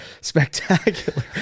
spectacular